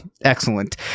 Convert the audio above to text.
Excellent